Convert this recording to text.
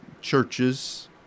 churches